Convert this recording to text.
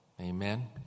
Amen